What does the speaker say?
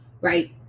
Right